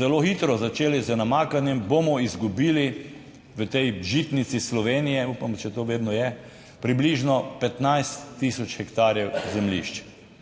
zelo hitro začeli z namakanjem, bomo izgubili v tej žitnici Slovenije, upam, da to še vedno je, približno 15000 hektarjev zemljišč.